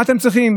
מה אתם צריכים?